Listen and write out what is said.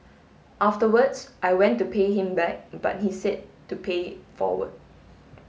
afterwards I went to pay him back but he said to pay forward